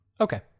Okay